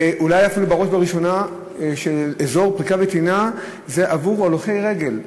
ואולי אפילו בראש ובראשונה אזור פריקה וטעינה זה עבור הולכי רגל,